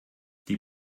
die